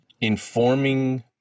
informing